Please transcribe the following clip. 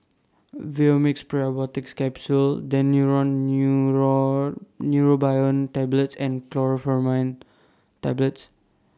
Vivomixx Probiotics Capsule Daneuron Neurobion Tablets and Chlorpheniramine Tablets